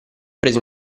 preso